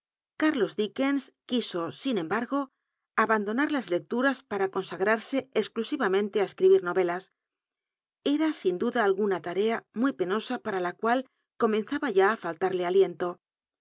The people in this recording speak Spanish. cárlos dickens l uiso sin embargo abandonar las lecturas para consagrarse ex clusivam ente escribir norclas era sin duda al gun l una tarea muy penosa para la cual comenzaba ya ú fallarle aliento